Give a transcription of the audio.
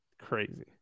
Crazy